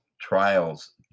trials